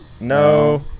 No